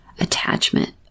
attachment